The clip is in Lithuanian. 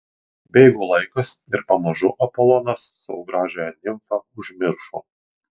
bėgo laikas ir pamažu apolonas savo gražiąją nimfą užmiršo